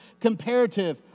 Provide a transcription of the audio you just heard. comparative